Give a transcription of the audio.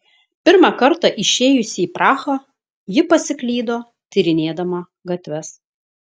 pirmą kartą išėjusi į prahą ji pasiklydo tyrinėdama gatves